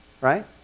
right